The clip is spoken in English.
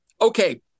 okay